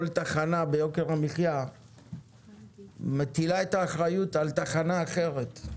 כל תחנה ביוקר המחיה מטילה את האחריות על תחנה אחרת.